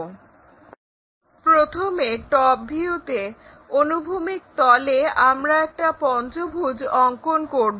8 প্রথমে টপ ভিউতে অনুভূমিক তলে আমরা একটা পঞ্চভুজ অঙ্কন করব